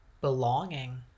belonging